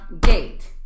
gate